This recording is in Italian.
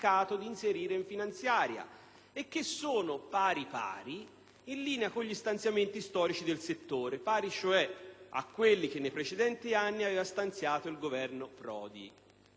risorse sono esattamente in linea con gli stanziamenti storici del settore, pari cioè a quelli che nei precedenti anni aveva stanziato il Governo Prodi. Per il resto, se si eccettua